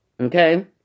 Okay